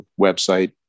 website